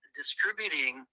distributing